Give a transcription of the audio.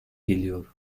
geliyor